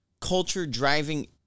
culture-driving